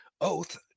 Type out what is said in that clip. oath